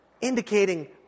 indicating